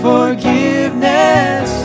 Forgiveness